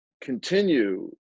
continue